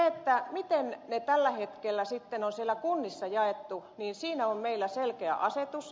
siihen miten ne tällä hetkellä on siellä kunnissa jaettu on meillä selkeä asetus